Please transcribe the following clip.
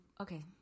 okay